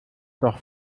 doch